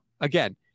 Again